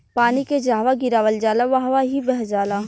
पानी के जहवा गिरावल जाला वहवॉ ही बह जाला